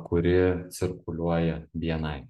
kuri cirkuliuoja bni